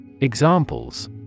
Examples